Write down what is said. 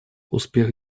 успех